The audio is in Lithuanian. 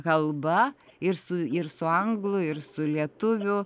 kalba ir su ir su anglų ir su lietuvių